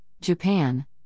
Japan